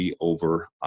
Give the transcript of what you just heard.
over